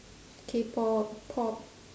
K pop pop